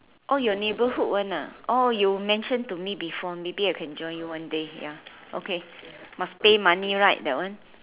oh your neighbourhood one ah oh you mention to me before maybe I can join you one day ya okay must pay money right that one